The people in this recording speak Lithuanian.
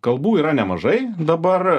kalbų yra nemažai dabar